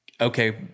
okay